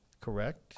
correct